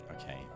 okay